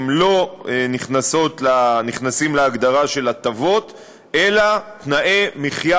לא נכנסים להגדרה של הטבות אלא הם תנאי מחיה